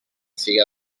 siga